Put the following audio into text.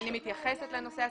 אני מתייחסת לנושא הספציפי,